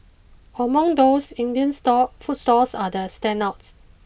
among those Indian stalls food stalls are the standouts